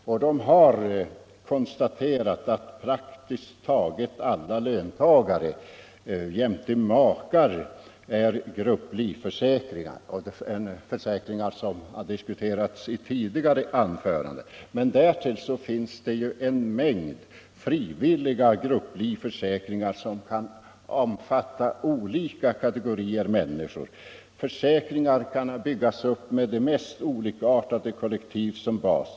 Kommittén konstaterade att praktiskt taget alla löntagare jämte makar är obligatoriskt grupplivförsäkrade, en försäkringsform som har diskuterats tidigare i dag. Därtill finns en mängd frivilliga grupplivförsäkringar som kan omfatta olika kategorier människor. Försäkringar kan byggas upp med de mest olikartade kollektiv som bas.